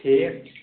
ٹھیٖک